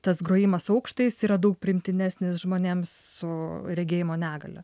tas grojimas su aukštais yra daug priimtinesnis žmonėms su regėjimo negalia